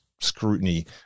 scrutiny